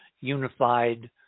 unified